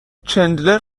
چندلر